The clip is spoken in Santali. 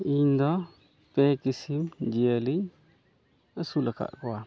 ᱤᱧᱫᱚ ᱯᱮ ᱠᱤᱥᱤᱢ ᱡᱤᱭᱟᱹᱞᱤ ᱟᱹᱥᱩᱞ ᱟᱠᱟᱫ ᱠᱚᱣᱟ